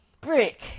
brick